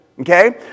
okay